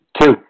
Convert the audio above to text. Two